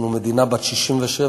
אנחנו מדינה בת 67,